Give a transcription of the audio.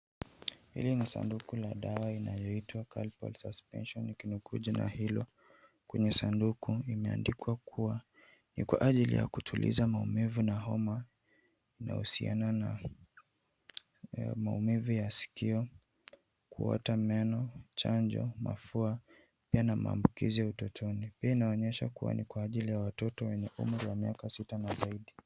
Hili ni sanduku la dawa linaloitwa Calpol Suspension ikinukuu jina hilo kwenye sanduku imeandikwa kuwa ni kwa ajili ya kutuliza maumivu na homa, inahusiana na maumivu ya sikio, kuota meno, chanjo, mafua, pia na maambukizi ya utotoni. Pia inaashiria kuwa ni ya watoto wenye miaka sita na zaidi.